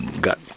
got